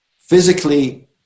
Physically